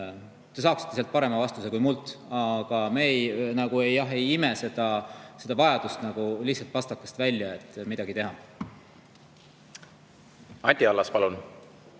te saaksite neilt parema vastuse kui minult. Me ei ime seda vajadust lihtsalt pastakast välja, et midagi teha. Anti Allas, palun!